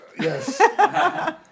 Yes